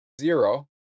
zero